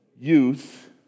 youth